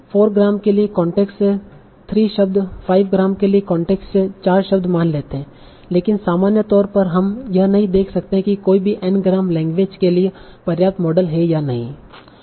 4ग्राम के लिए कांटेक्स्ट से 3 शब्द 5ग्राम के लिए कांटेक्स्ट से 4 शब्द मान लेते हैं लेकिन सामान्य तौर पर हम यह नहीं देख सकते हैं कि कोई भी N ग्राम लैंग्वेज के लिए पर्याप्त मॉडल है या नहीं